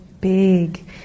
big